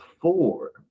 four